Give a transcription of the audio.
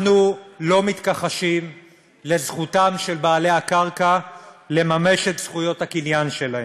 אנחנו לא מתכחשים לזכותם של בעלי הקרקע לממש את זכויות הקניין שלהם,